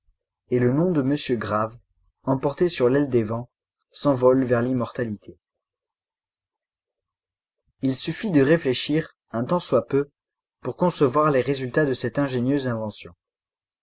et le nom de m grave emporté sur l'aile des vents s'envole vers l'immortalité il suffit de réfléchir un tant soit peu pour concevoir les résultats de cette ingénieuse invention